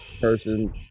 person